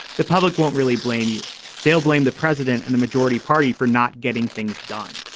the public won't really blame you they'll blame the president and the majority party for not getting things done.